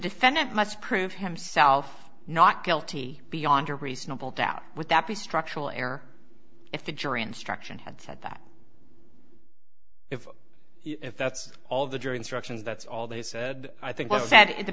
defendant must prove himself not guilty beyond a reasonable doubt would that be structural error if the jury instruction had said that if that's all the jury instructions that's all they said i think